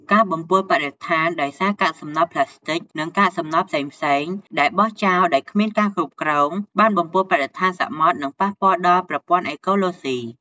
ការបំពុលបរិស្ថាន ដោយសារកាកសំណល់ប្លាស្ទិក និងកាកសំណល់ផ្សេងៗដែលបោះចោលដោយគ្មានការគ្រប់គ្រង បានបំពុលបរិស្ថានសមុទ្រ និងប៉ះពាល់ដល់ប្រព័ន្ធអេកូឡូស៊ី។